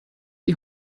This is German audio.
die